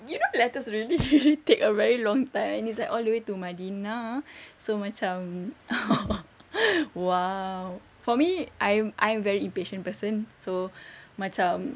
you know letters really take a very long time and it's like all the way to medina so macam !wow! for me I'm I'm very impatient person so macam